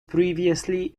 previously